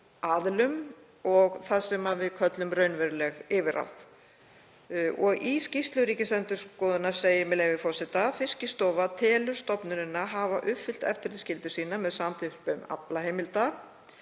aðilum og því sem við köllum raunveruleg yfirráð. Í skýrslu Ríkisendurskoðunar segir, með leyfi forseta: „Fiskistofa telur stofnunina hafa uppfyllt eftirlitsskyldu sína með samþjöppun aflaheimilda.